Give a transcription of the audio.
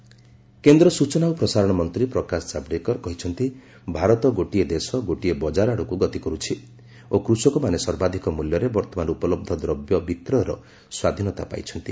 Javadekar farmer କେନ୍ଦ୍ର ସୂଚନା ଓ ପ୍ରସାରଣ ମନ୍ତ୍ରୀ ପ୍ରକାଶ ଜାଭେଡକର କହିଚ୍ଚନ୍ତି ଭାରତ ଗୋଟିଏ ଦେଶ ଗୋଟିଏ ବଜାର ଆଡକୁ ଗତି କରୁଛି ଓ କୁଷକମାନେ ସର୍ବାଧିକ ମୂଲ୍ୟରେ ବର୍ତ୍ତମାନ ଉପଲବ୍ଧ ଦ୍ରବ୍ୟ ବିକ୍ରୟର ସ୍ୱାଧୀନତା ପାଇଛନ୍ତି